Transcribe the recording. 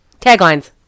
Taglines